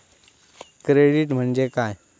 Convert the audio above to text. Credit म्हणजे काय?